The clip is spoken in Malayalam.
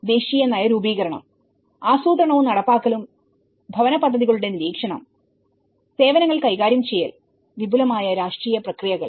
ദേശീയ നയരൂപീകരണം ആസൂത്രണവും നടപ്പാക്കലുംഭവന പദ്ധതികളുടെ നിരീക്ഷണം സേവനങ്ങൾ കൈകാര്യം ചെയ്യൽ വിപുലമായ രാഷ്ട്രീയ പ്രക്രിയകൾ